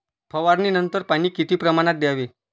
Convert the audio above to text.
फवारणीनंतर पाणी किती प्रमाणात द्यावे?